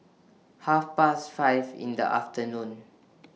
Half Past five in The afternoon